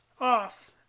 off